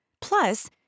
Plus